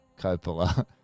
Coppola